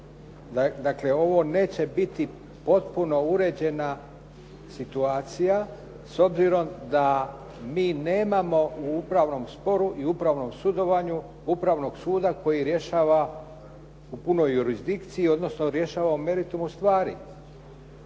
Dakle, ovo neće biti potpuno uređena situacija, s obzirom da mi nemamo u upravnom sporu i upravnom sudovanju upravnog suda koji rješava u punoj jurisdikciji, odnosno rješava o meritumu stvari.